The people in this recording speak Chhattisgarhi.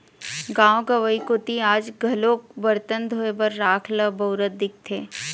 गाँव गंवई कोती आज घलोक बरतन धोए बर राख ल बउरत दिखथे